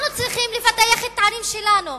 אנחנו צריכים לפתח את הערים שלנו,